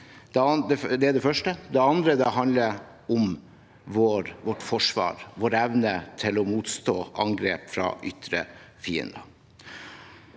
Det andre handler om vårt forsvar og vår evne til å motstå angrep fra ytre fiender.